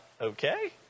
okay